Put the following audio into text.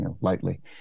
lightly